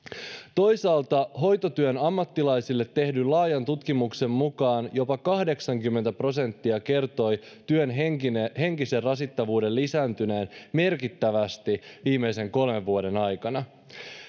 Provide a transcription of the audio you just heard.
toisaalta hoitotyön ammattilaisille tehdyn laajan tutkimuksen mukaan jopa kahdeksankymmentä prosenttia kertoi työn henkisen rasittavuuden lisääntyneen merkittävästi viimeisen kolmen vuoden aikana